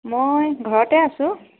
মই ঘৰতে আছোঁ